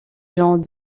gens